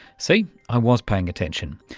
see, i was paying attention.